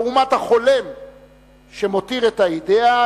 לעומת החולם שמותיר את האידיאה